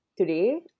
today